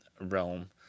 realm